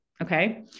Okay